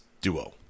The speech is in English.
duo